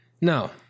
No